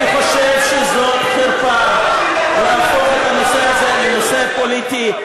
אני חושב שזאת חרפה להפוך את הנושא הזה לנושא פוליטי.